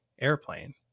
airplane